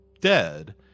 dead